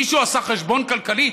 מישהו עשה חשבון כלכלי?